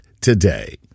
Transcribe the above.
today